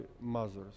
mothers